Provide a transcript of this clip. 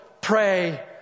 pray